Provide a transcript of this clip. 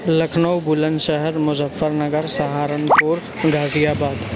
Lucknow Bulandshahr Muzaffarnagar Saharanpur غازی آباد